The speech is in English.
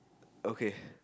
okay